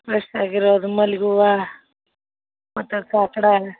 fresh ಆಗಿರೋದು ಮಲ್ಗಿ ಹೂವ ಮತ್ತು ಕಾಕಡ